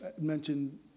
mentioned